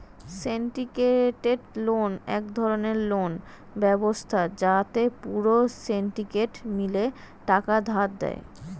syndicated loan এক ধরণের loan ব্যবস্থা যাতে পুরো সিন্ডিকেট মিলে টাকা ধার দেয়